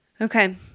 Okay